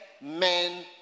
men